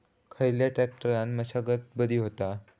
खयल्या ट्रॅक्टरान मशागत बरी होता?